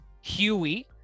Huey